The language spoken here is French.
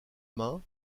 main